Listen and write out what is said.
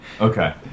Okay